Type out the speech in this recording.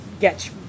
get